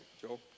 Joe